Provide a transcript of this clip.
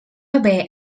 haver